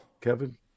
Kevin